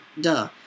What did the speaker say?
duh